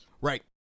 Right